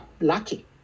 lucky